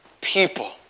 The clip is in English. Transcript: people